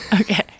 Okay